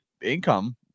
income